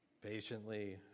Patiently